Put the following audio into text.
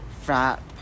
frat